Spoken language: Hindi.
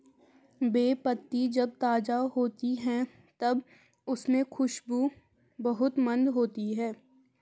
बे पत्ती जब ताज़ा होती है तब उसमे खुशबू बहुत मंद होती है